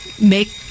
make